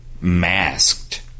masked